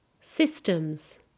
Systems